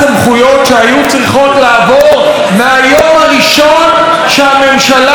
לעבור מהיום הראשון שהממשלה הזו קיימת.